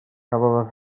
cafodd